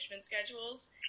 schedules